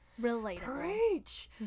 Relatable